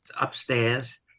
upstairs